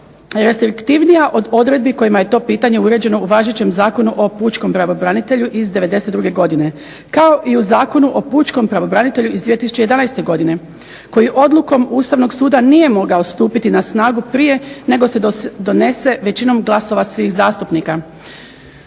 restriktivnija od odredbi kojima je to pitanje uređeno u važećem Zakonu o pučkom pravobranitelju iz '92. godine kao i u Zakonu o pučkom pravobranitelju iz 2011. godine koji odlukom Ustavnog suda nije mogao stupiti na snagu prije nego se donese većinom glasova svih zastupnika.